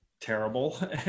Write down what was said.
terrible